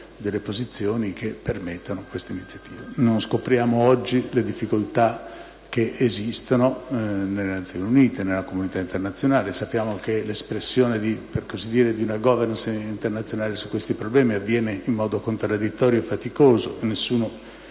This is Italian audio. Unite posizioni che permettano queste iniziative. Non scopriamo oggi le difficoltà che esistono nelle Nazioni Unite, nella comunità internazionale. Sappiamo che l'espressione di una *governance* internazionale su questi problemi avviene in modo contraddittorio e faticoso.